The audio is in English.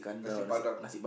nasi padang